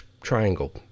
triangle